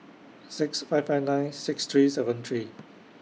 six five five nine six three seven three